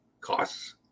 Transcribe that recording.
costs